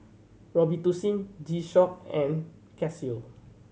Robitussin G Shock and Casio